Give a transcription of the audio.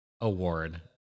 award